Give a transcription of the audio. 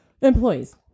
Employees